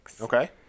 Okay